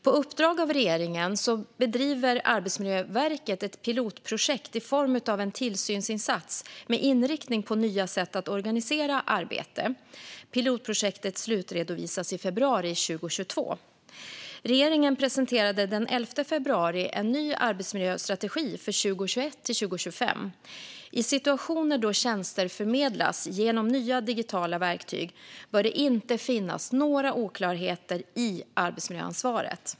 På uppdrag av regeringen bedriver Arbetsmiljöverket ett pilotprojekt i form av en tillsynsinsats med inriktning på nya sätt att organisera arbete. Pilotprojektet slutredovisas i februari 2022. Regeringen presenterade den 11 februari en ny arbetsmiljöstrategi för 2021-2025. I situationer då tjänster förmedlas genom nya digitala verktyg bör det inte finnas några oklarheter i arbetsmiljöansvaret.